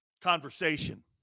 Conversation